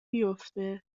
بیفته